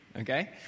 Okay